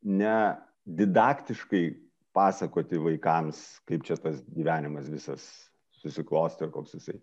ne didaktiškai pasakoti vaikams kaip čia tas gyvenimas viskas susiklostė ir koks jisai